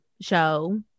show